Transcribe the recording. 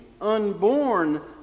unborn